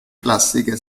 classiche